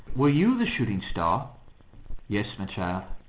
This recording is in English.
were you the shooting star yes, my child.